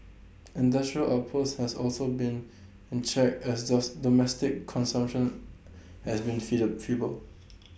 industrial outputs has also been in check as does domestic consumption has been feeble